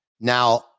Now